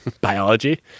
biology